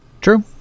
True